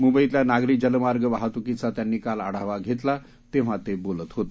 मुंबईतल्या नागरी जलमार्ग वाहतुकीचा त्यांनी काल आढावा घेतला तेव्हा ते बोलत होते